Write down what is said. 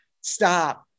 Stop